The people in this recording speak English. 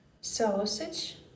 Sausage